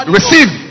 Receive